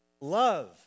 love